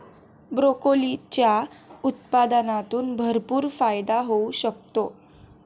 ब्रोकोलीच्या उत्पादनातून भरपूर फायदा होऊ शकतो